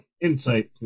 Insight